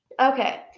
Okay